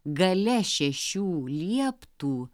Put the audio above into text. gale šešių lieptų